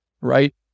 right